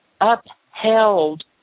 upheld